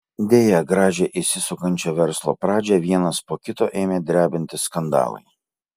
deja gražią įsisukančio verslo pradžią vienas po kito ėmė drebinti skandalai